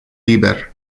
liber